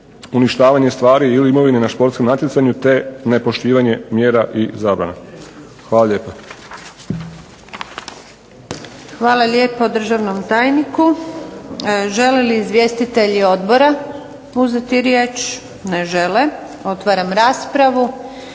uništavanje stvari ili imovine na športskom natjecanju te nepoštivanje mjera i zabrana. Hvala lijepa. **Antunović, Željka (SDP)** Hvala lijepo državnom tajniku. Žele li izvjestitelji odbora uzeti riječ? Ne žele. Otvaram raspravu.